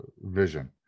vision